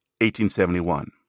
1871